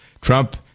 Trump